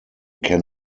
can